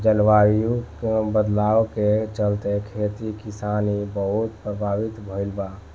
जलवायु बदलाव के चलते, खेती किसानी बहुते प्रभावित भईल बा